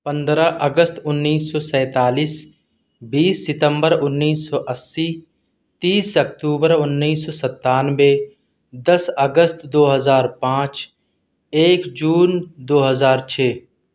پندرہ اگست انیس سو سینتالیس بیس ستمبر انیس سو اسی تیس اکتوبر انیس سو ستانوے دس اگست دو ہزار پانچ ایک جون دو ہزار چھ